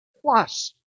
plus